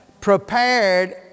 prepared